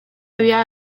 había